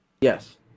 Yes